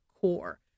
Core